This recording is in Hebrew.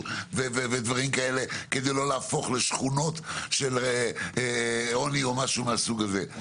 ודברים כאלה כדי לא להפוך לשכונות של עוני או משהו מהסוג הזה,